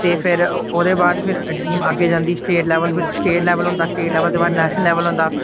ते फिर ओह्दे बाद फिर टीम अग्गै जंदी स्टेट लैवल पर स्टेट लैवल होंदा स्टेट लैवल बाद नैशनल लैवल होंदा